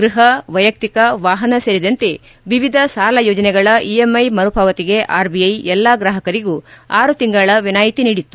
ಗ್ಬಹ ವೈಯುಕ್ತಿಕ ವಾಹನ ಸೇರಿದಂತೆ ವಿವಿಧ ಸಾಲ ಯೋಜನೆಗಳ ಇಎಂಐ ಮರುಪಾವತಿಗೆ ಆರ್ಬಿಐ ಎಲ್ಲಾ ಗ್ರಾಹಕರಿಗೂ ಆರು ತಿಂಗಳ ವಿನಾಯಿತಿ ನೀಡಿತ್ತು